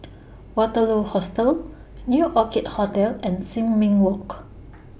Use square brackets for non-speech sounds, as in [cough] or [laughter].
[noise] Waterloo Hostel New Orchid Hotel and Sin Ming Walk